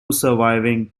surviving